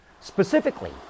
Specifically